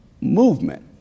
movement